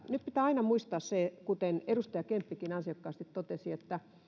nyt pitää aina muistaa se kuten edustaja kemppikin ansiokkaasti totesi että